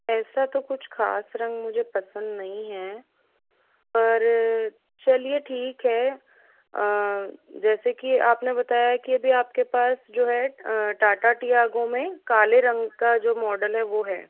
ऐसा तो कुछ खास रंग मुझे पसंद नहीं हैं पर चलिए ठीक है जैसे कि आपने बताया की अभी आपके पास जो है टाटा टियागो में काले रंग का जो मॉडल है वह है